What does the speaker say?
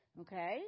Okay